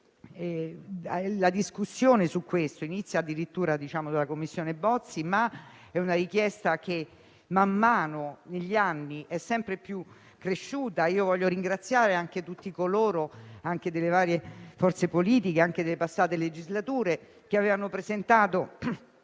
La discussione su questo tema inizia addirittura con la Commissione Bozzi, ma è una richiesta che negli anni è sempre più cresciuta. Voglio ringraziare anche tutti coloro, di varie forze politiche e anche delle passate legislature, che hanno presentato